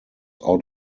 out